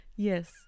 Yes